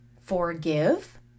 forgive